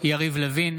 יריב לוין,